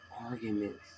arguments